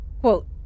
Quote